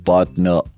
Partner